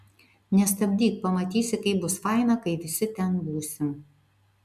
nestabdyk pamatysi kaip bus faina kai visi ten būsim